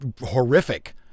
horrific